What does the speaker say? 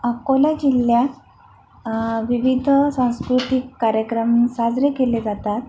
अकोला जिल्ह्यात विविध सांस्कृतिक कार्यक्रम साजरे केले जातात